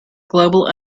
global